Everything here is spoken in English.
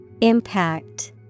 Impact